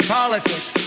politics